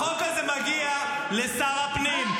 החוק הזה מגיע לשר הפנים.